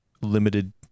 limited